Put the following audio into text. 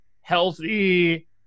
healthy